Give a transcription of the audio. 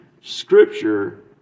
scripture